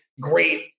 great